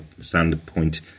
standpoint